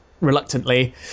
reluctantly